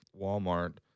Walmart